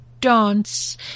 dance